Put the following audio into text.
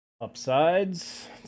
upsides